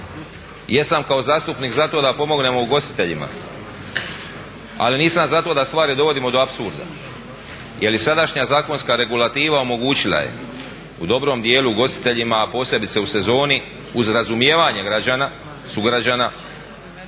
jesam kao zastupnik za to da pomognemo ugostiteljima ali nisam za to da stvari dovodimo do apsurda jer i sadašnja zakonska regulativa omogućila je u dobrom dijelu ugostiteljima a posebice u sezoni uz razumijevanje građana,